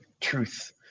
truth